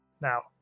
Now